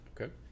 Okay